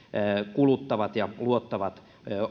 kuluttavat ja luottavat